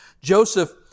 Joseph